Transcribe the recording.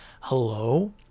Hello